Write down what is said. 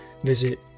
visit